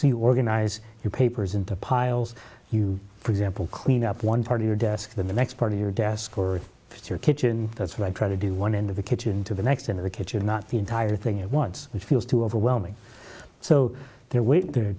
you organize your papers into piles you for example clean up one part of your desk the next part of your desk or your kitchen that's what i try to do one end of the kitchen to the next in the kitchen not the entire thing at once which feels too overwhelming so there w